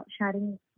sharing